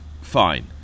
Fine